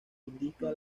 indica